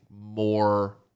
more